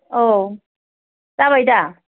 औ जाबायदा